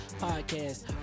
podcast